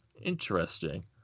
Interesting